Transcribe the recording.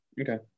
Okay